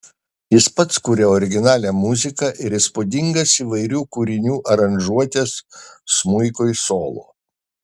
jis pats kuria originalią muziką ir įspūdingas įvairių kūrinių aranžuotes smuikui solo